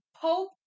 Pope